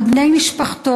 על בני משפחתו,